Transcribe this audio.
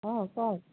অঁ কওক